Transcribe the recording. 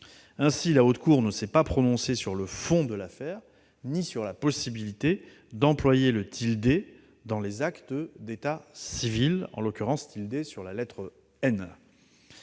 Ainsi, la Cour de cassation ne s'est pas prononcée sur le fond de l'affaire ni sur la possibilité d'employer le tilde dans les actes de l'état civil, en l'occurrence sur la lettre «